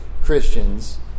Christians